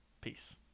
Peace